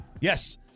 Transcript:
Yes